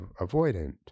avoidant